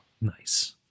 Nice